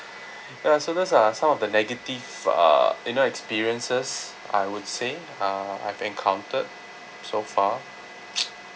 ya so that's uh some of the negative uh you know experiences I would say uh I've encountered so far